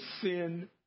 sin